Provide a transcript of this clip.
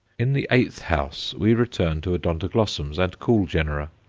in the eighth house we return to odontoglossums and cool genera.